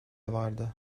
vardı